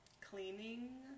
cleaning